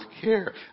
care